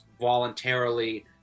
voluntarily